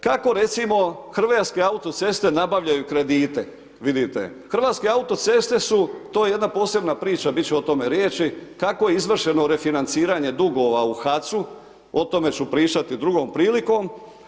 Kako recimo Hrvatske autoceste nabavljaju kredite, vidite Hrvatske autoceste su to je jedna posebna priča, bit će o tome riječi, kako je izvršeno refinanciranje dugova u HAC-u o tome ću pričati drugom prilikom.